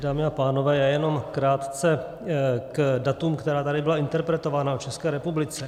Dámy a pánové, já jenom krátce k datům, která tady byla interpretována o České republice.